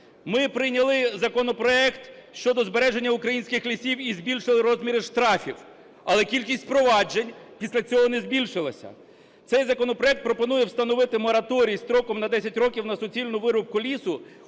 Ми прийняли законопроект щодо збереження українських лісів і збільшили розміри штрафів, але кількість проваджень після цього не збільшилась. Цей законопроект пропонує встановити мораторій строком на 10 років на суцільну вирубку лісу,